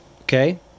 Okay